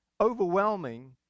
overwhelming